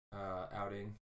outing